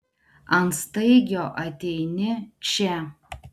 ant staigio ateini čia